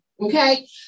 okay